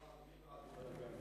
מי אחריו?